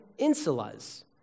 insulas